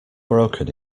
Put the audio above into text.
broken